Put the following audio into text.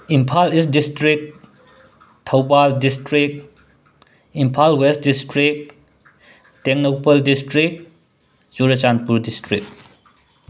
Imphal east district Thoubal district Imphal west district Tengnoupal district Churachandpur district